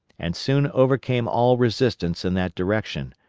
and soon overcame all resistance in that direction,